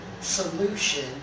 solution